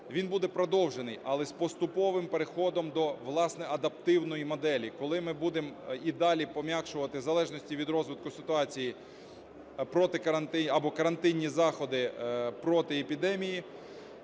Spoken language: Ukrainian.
Він буде продовжений, але з поступовим переходом до, власне, адаптивної моделі, коли ми будемо і далі пом'якшувати в залежності від розвитку ситуації карантинні заходи проти епідемії,